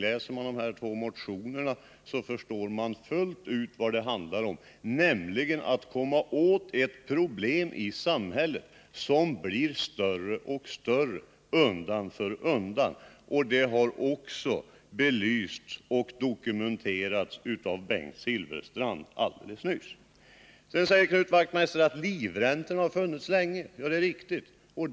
Den som läser de två motionerna förstår fullt ut vad det handlar om, nämligen att komma åt ett problem i samhället som undan för undan blir större och större. Det har alldeles nyss också belysts och dokumenterats av Bengt Silfverstrand. Sedan säger Knut Wachtmeister att livräntorna har funnits länge, och det är riktigt.